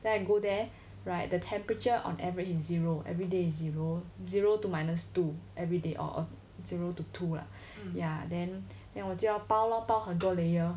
then I go there right the temperature on average is zero everyday zero zero to minus two everyday or zero to two lah ya then then 我就要包 lor 包很多 layer